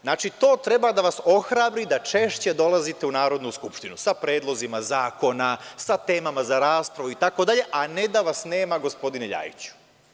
Znači, to treba da vas ohrabri da češće dolazite u Narodnu skupštinu sa predlozima zakona, sa temama za raspravu itd, a ne da vas nema, gospodine Ljajiću.